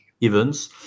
events